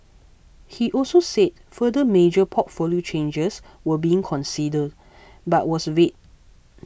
he also said further major portfolio changes were being considered but was vague